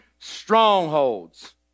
strongholds